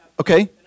Okay